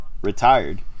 retired